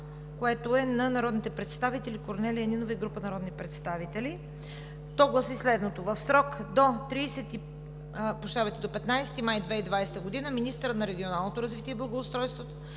което е на народния представител Корнелия Нинова и група народни представители. То гласи следното: „В срок до 15 май 2020 г. министърът на Регионалното развитие и благоустройството